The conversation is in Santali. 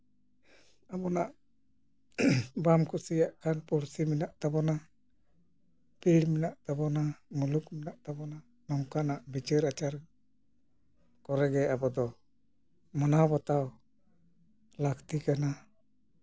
ᱢᱟᱱᱮ ᱵᱟᱝ ᱠᱩᱥᱤᱭᱟᱜ ᱠᱷᱟᱱ ᱯᱩᱲᱥᱤ ᱢᱮᱱᱟᱜ ᱛᱟᱵᱚᱱᱟ ᱯᱤᱲ ᱢᱮᱱᱟᱜ ᱛᱟᱵᱚᱱᱟ ᱢᱩᱞᱩᱠ ᱢᱮᱱᱟᱜ ᱛᱟᱵᱚᱱᱟ ᱱᱚᱝᱠᱟᱱᱟᱜ ᱵᱤᱪᱟᱹᱨ ᱟᱪᱟᱨ ᱠᱚᱨᱮᱜᱮ ᱟᱵᱚ ᱫᱚ ᱢᱟᱱᱟᱣ ᱵᱟᱛᱟᱣ ᱞᱟᱹᱠᱛᱤ ᱠᱟᱱᱟ